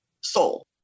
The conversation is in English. soul